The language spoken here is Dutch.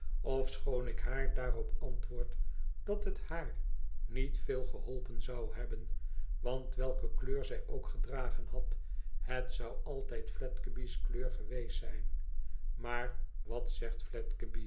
ofechoon ik haar daarop antwoord dat het haar nkt veel geholpen zou hebben want welke kleur zij ook gedragen had het zou altijd fledgeby's kleur geweest zijn maar wat zegt